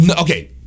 okay